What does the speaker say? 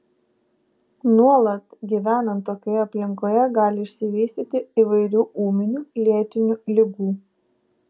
nuolat gyvenant tokioje aplinkoje gali išsivystyti įvairių ūminių lėtinių ligų